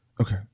Okay